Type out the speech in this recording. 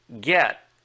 get